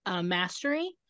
mastery